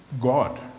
God